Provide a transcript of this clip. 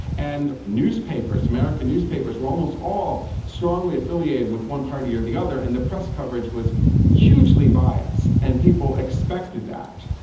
and american newspapers were almost all strongly affiliated with one party or the other and the press coverage was hugely biased, and people expected that.